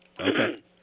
Okay